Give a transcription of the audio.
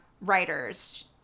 writers